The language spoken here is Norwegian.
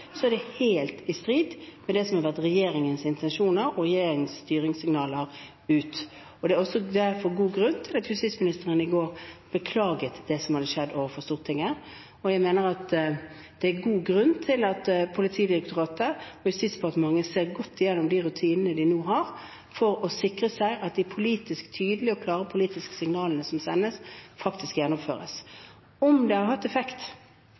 er det helt i strid med det som har vært regjeringens intensjoner og regjeringens styringssignaler ut. Det var derfor også god grunn til at justisministeren i går beklaget det som hadde skjedd, overfor Stortinget. Jeg mener at det er god grunn til at Politidirektoratet og Justisdepartementet ser godt gjennom de rutinene de nå har, for å sikre seg at de tydelige og klare politiske signalene som sendes ut, faktisk fører til gjennomføring. Om den feilinstruksen som er gitt fra Politidirektoratet, har